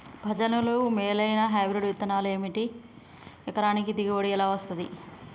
భజనలు మేలైనా హైబ్రిడ్ విత్తనాలు ఏమిటి? ఎకరానికి దిగుబడి ఎలా వస్తది?